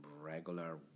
regular